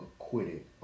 acquitted